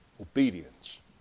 Obedience